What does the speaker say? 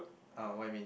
ah what you mean